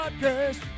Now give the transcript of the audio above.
podcast